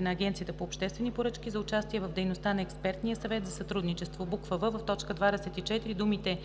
на Агенцията по обществени поръчки за участие в дейността на експертния съвет за сътрудничество;“ в) в т. 24 думите